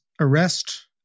arrest